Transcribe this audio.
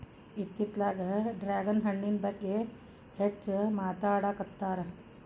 ಇತ್ತಿತ್ತಲಾಗ ಡ್ರ್ಯಾಗನ್ ಹಣ್ಣಿನ ಬಗ್ಗೆ ಹೆಚ್ಚು ಮಾತಾಡಾಕತ್ತಾರ